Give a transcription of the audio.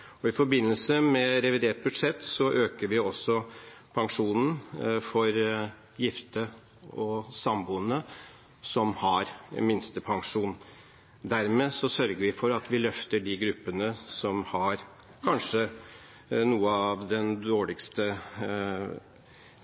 september. I forbindelse med revidert budsjett øker vi også pensjonen for gifte og samboende som har minstepensjon. Dermed sørger vi for at vi løfter de gruppene som har kanskje